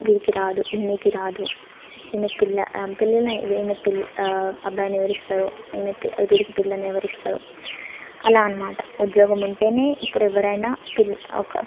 వీడికి రాదు ఈమెకి రాదు ఈమెకి పిల్ల పెళ్ళిళ్ళు ఈమెకి పిల్ అబ్బాయిని ఎవరిస్తారు ఈమెకి వీడికి పిల్లని ఎవరిస్తారు అలా అన్నమాట ఉద్యోగం ఉంటేనే ఇప్పుడు ఎవ్వరైనా పిల్ల